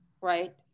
right